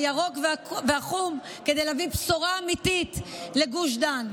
הירוק והחום, כדי להביא בשורה אמיתית לגוש דן.